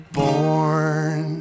born